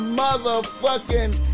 motherfucking